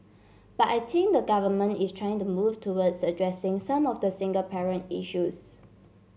but I think the Government is trying to move towards addressing some of the single parent issues